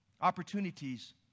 opportunities